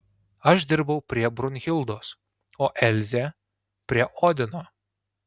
aš dirbau prie brunhildos o elzė prie odino